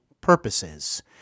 purposes